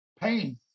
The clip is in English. pain